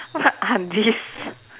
what are these